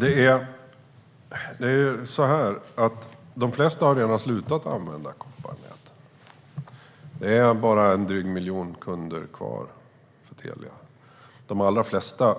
Fru talman! De flesta har redan slutat använda kopparnät. Det återstår bara drygt 1 miljon kunder för Telia. De allra flesta